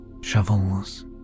shovels